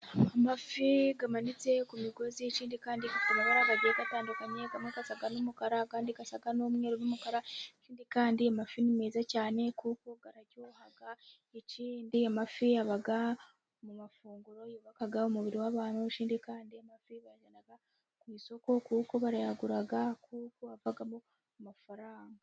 Amafi amanitse ku migozi, ikindi kandi afite amabara agiye atandukanye, amwe asa n'umukara, andi asa n'umweru n'umukara, ikindi kandi amafi ni meza cyane, kuko araryoha, ikindi amafi aba mu mafunguro yubaka umubiri w'abantu, ikindi kandi amafi bayajyana ku isoko, kuko barayagura, kuko avamo amafaranga.